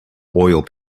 oil